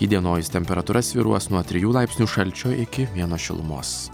įdienojus temperatūra svyruos nuo trijų laipsnių šalčio iki vieno šilumos